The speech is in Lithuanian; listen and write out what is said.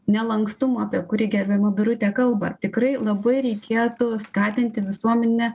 nelankstumu apie kurį gerbiama birutė kalba tikrai labai reikėtų skatinti visuomenę